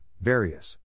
various